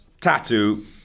Tattoo